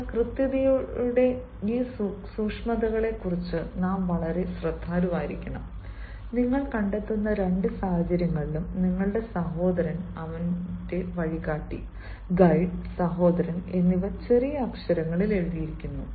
എന്നാൽ കൃത്യതയുടെ ഈ സൂക്ഷ്മതകളെക്കുറിച്ച് നാം വളരെ ശ്രദ്ധാലുവായിരിക്കണം നിങ്ങൾ കണ്ടെത്തുന്ന രണ്ട് സാഹചര്യങ്ങളിലും നിങ്ങളുടെ സഹോദരൻ അവന്റെ വഴികാട്ടി ഗൈഡ് സഹോദരൻ എന്നിവ ചെറിയ അക്ഷരങ്ങളിൽ എഴുതിയിരിക്കുന്നു